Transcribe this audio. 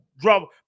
drop